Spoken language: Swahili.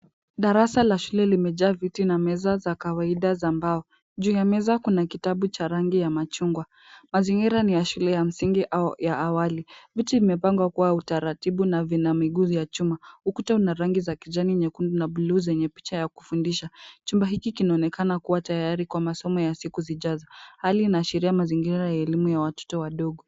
Darasa la shule limejaa viti na meza za kawaida za mbao. Juu ya meza kuna kitabu cha rangi ya machungwa, mazingira ni ya shule ya msingi au ya awali. Viti vimepangwa kwa utaratibu na vina miguu vya chuma. Ukuta una rangi za kijani, nyekundu na buluu zenye picha ya kufundisha. Chumba hiki kinaonekana kuwa tayari kwa masomo ya siku zijazo. Hali inaashiria mazingira ya elimu ya watoto wadogo.